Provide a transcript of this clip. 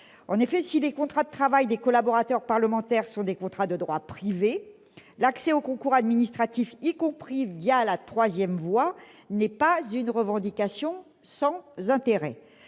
En effet, si les contrats de travail des collaborateurs parlementaires sont des contrats de droit privé, l'accès aux concours administratifs, y compris la troisième voie, n'est pas une revendication sans intérêt.